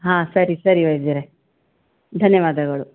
ಹಾಂ ಸರಿ ಸರಿ ವೈದ್ಯರೆ ಧನ್ಯವಾದಗಳು